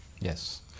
yes